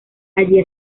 allí